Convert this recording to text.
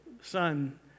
son